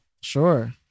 Sure